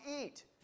eat